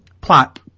plot